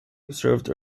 observed